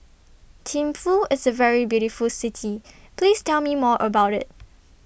Thimphu IS A very beautiful City Please Tell Me More about IT